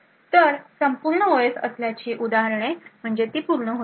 तर संपूर्ण ओएस असल्याची उदाहरणे म्हणजे ती पूर्ण होईल